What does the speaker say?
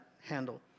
handle